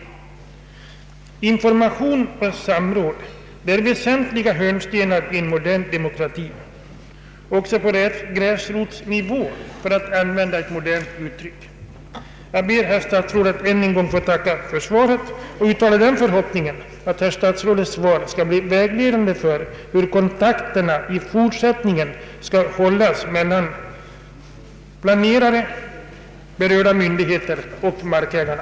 De momenten utgör viktiga hörnstenar i en modern demokrati, också på ”gräsrotsnivå”, för att använda ett modernt uttryck. Redan vid förberedelser för upprättande av översiktliga planer måste markägarsynpunkterna få vara med. Jag ber, herr statsrådet, att än en gång få tacka för svaret och uttalar den förhoppningen att detsamma skall bli vägledande för kontakterna i fortsättningen när det gäller samarbetet mellan planerare, berörda myndigheter och markägare.